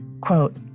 Quote